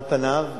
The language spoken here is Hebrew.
על פניו,